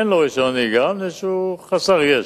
אין לו רשיון נהיגה מפני שהוא חסר ישע.